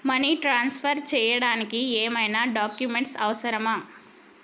Money transfer చేయడానికి ఏమైనా documents అవసరమా?